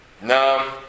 No